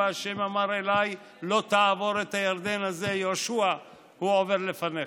וה' אמר אלי לא תעבר את הירדן הזה יהושע הוא עבר לפניך".